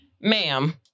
Ma'am